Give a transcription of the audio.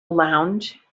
lounge